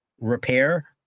repair